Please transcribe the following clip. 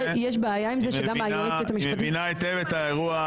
יש בעיה עם זה שגם היועצת המשפטית --- היא מבינה היטב את האירוע,